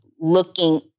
looking